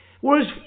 Whereas